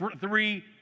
three